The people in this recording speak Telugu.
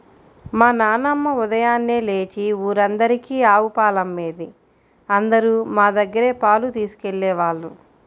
మా నాన్నమ్మ ఉదయాన్నే లేచి ఊరందరికీ ఆవు పాలమ్మేది, అందరూ మా దగ్గరే పాలు తీసుకెళ్ళేవాళ్ళు